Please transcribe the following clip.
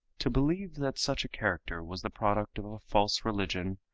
to believe that such a character was the product of a false religion,